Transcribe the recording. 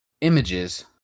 images